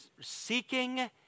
seeking